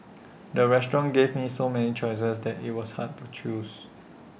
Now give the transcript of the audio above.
the restaurant gave me so many choices that IT was hard to choose